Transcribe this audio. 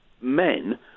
men